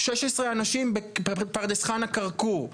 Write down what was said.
16 אנשים בפרדס חנה כרכור.